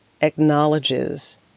acknowledges